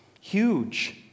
Huge